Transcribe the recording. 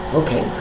okay